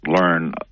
learn